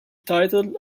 title